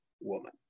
woman